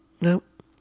Nope